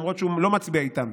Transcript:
למרות שהוא לא מצביע איתם,